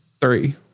three